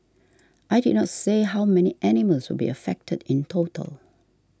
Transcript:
I did not say how many animals will be affected in total